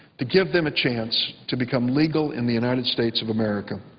to give them a chance to become legal in the united states of america.